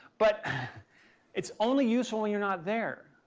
but it's only useful when you're not there.